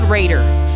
Raiders